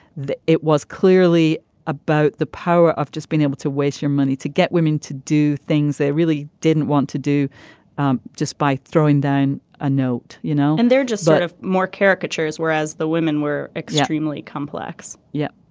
it was clearly about the power of just being able to waste your money to get women to do things they really didn't want to do um just by throwing down a note you know and they're just sort of more caricatures whereas the women were extremely complex yeah.